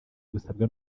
gusabwa